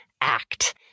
act